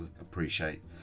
appreciate